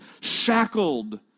shackled